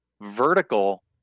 vertical